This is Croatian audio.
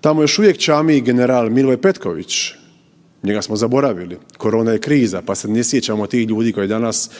Tamo još uvijek čami general Mile Petković. Njega smo zaboravili, korona je kriza pa se ne sjećamo tih ljudi koji danas